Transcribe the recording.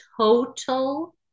total